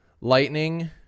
Lightning